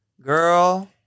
Girl